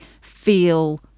feel